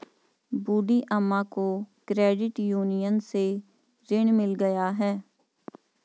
बूढ़ी अम्मा को credit union से ऋण मिल गया है